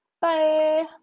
Bye